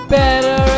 better